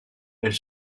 elle